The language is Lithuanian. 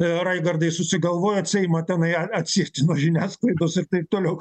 raigardai susigalvojot seimą tenai ar atsisks nuo žiniasklaidos ir taip toliau